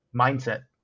mindset